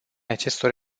acestor